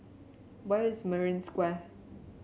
where is Marina Square